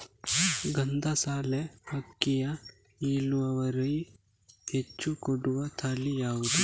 ಗಂಧಸಾಲೆ ಅಕ್ಕಿಯಲ್ಲಿ ಇಳುವರಿ ಹೆಚ್ಚು ಕೊಡುವ ತಳಿ ಯಾವುದು?